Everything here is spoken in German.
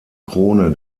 krone